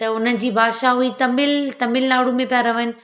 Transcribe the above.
त उन्हनि जी भाषा हुई तमिल तमिलनाड़ु में पिया रहनि